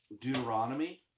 Deuteronomy